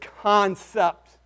concept